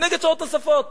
אני נגד שעות נוספות,